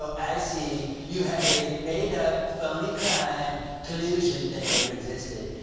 ah i see. you have a made-up, phony crime collusion that never existed,